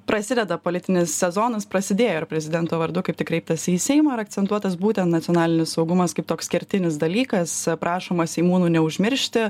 prasideda politinis sezonas prasidėjo ir prezidento vardu kaip tik kreiptasi į seimą ir akcentuotas būtent nacionalinis saugumas kaip toks kertinis dalykas prašoma seimūnų neužmiršti